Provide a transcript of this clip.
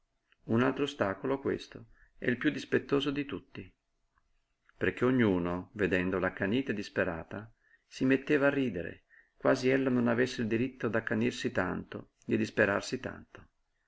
un altro ostacolo questo e il piú dispettoso di tutti perché ognuno vedendola accanita e disperata si metteva a ridere quasi ella non avesse il diritto d'accanirsi tanto di disperarsi tanto